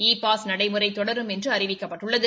இ pass நடைமுறை தொடரும் என்றும் அறிவிக்கப்பட்டுள்ளது